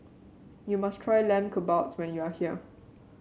you must try Lamb Kebabs when you are here